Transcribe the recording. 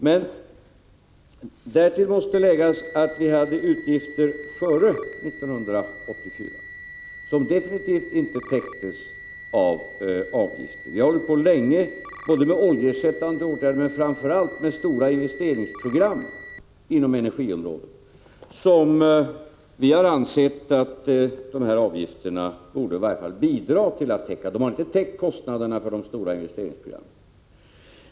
Men därtill måste läggas att vi före 1984 hade utgifter som definitivt inte täcktes av avgifter. Vi har länge arbetat med oljeersättningsprogram och framför allt med stora investeringsprogram inom energiområdet, som vi har ansett att dessa avgifter borde bidra till att täcka kostnaderna för. Avgifterna har inte täckt kostnaderna för de stora investeringsprogrammen.